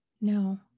no